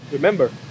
Remember